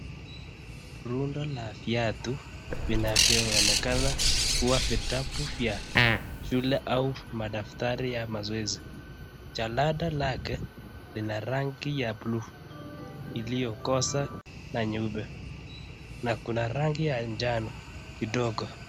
Rundo la viatu vinavyonekana kuwa ni vitabu vya shule au madaftari ya mazoezi. Jalada lake lina rangi ya buluu, iliyokosa na nyeupe, na kuna rangi ya njano kidogo.